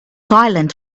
silent